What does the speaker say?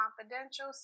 confidential